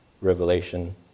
Revelation